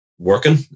Working